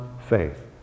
faith